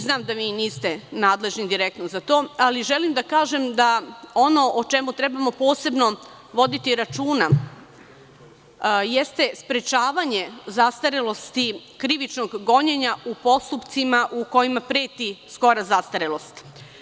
Znam da vi niste nadležni direktno za to, ali želim da kažem ono o čemu trebamo posebno voditi računa, jeste sprečavanje zastarelosti krivičnog gonjenja u postupcima u kojima preti skora zastarelost.